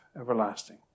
everlasting